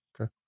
okay